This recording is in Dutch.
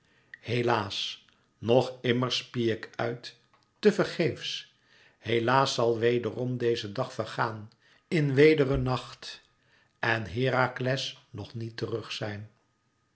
helaas nog immer spie ik uit te vergeefs helaas zal wederom deze dag vergaan in weder een nacht en herakles nog niet terug zijn